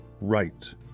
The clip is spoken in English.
right